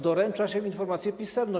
Doręcza się informację pisemną.